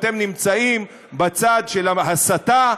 אתם נמצאים בצד של ההסתה,